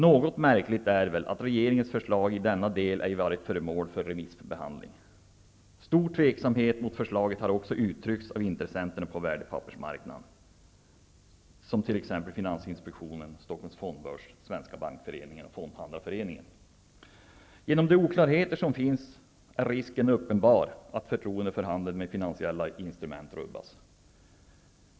Något märkligt är det väl att regeringens förslag i denna del ej varit föremål för remissbehandling. Stor tveksamhet mot förslaget har också uttryckts av intressenter på värdepappersmarknaden, som finansinspektionen, Stockholms fondbörs, Svenska bankföreningen och Fondhandlarföreningen. Genom de oklarheter som finns är risken uppenbar att förtroendet för handel med finansiella instrument rubbas.